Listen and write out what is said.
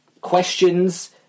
questions